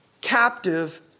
captive